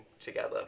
together